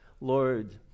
Lord